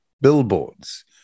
billboards